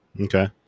Okay